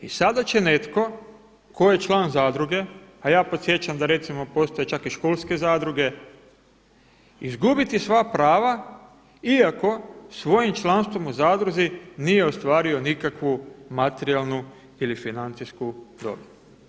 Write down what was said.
I sada će netko tko je član zadruge, a ja podsjećam da recimo postoje čak i školske zadruge, izgubiti sva prava iako svojim članstvom u zadruzi nije ostvario nikakvu materijalnu ili financijsku dobit.